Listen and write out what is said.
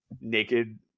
naked